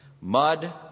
mud